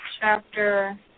chapter